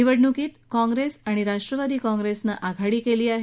निवडणुकीत काँग्रेस राष्ट्रवादी काँग्रेसने आघाडी केली आहे